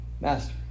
Master